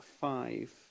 five